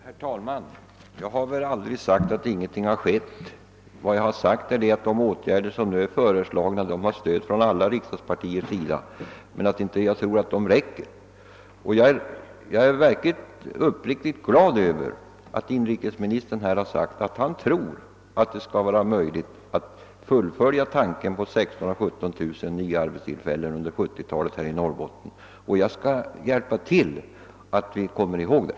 Herr talman! Jag har aldrig påstått att ingenting har skett. Vad jag har sagt är att de åtgärder som nu är föreslagna har stöd av alla riksdagspartier och att jag inte tror att de räcker. Jag är uppriktigt glad över att inrikesministern här förklarat, att han tror att det skall vara möjligt att fullfölja tanken på 16 000—17 000 nya arbetstillfällen i Norrbotten under 1970-talet, och jag skall hjälpa till för att vi alla skall komma ihåg det.